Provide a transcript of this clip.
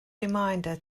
reminder